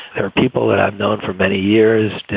there are people that i've known for many years.